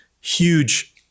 huge